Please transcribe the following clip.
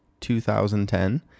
2010